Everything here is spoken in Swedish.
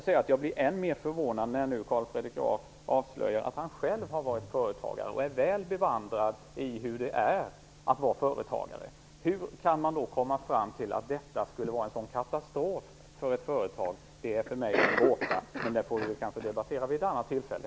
Jag blir än mer förvånad när Carl Fredrik Graf nu avslöjar att han själv har varit företagare och är väl bevandrad i hur det är att vara företagare. Hur kan man då komma fram till att detta skulle vara en sådan katastrof för ett företag? Det är för mig en gåta, men det får vi kanske debattera vid ett annat tillfälle.